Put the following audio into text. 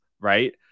right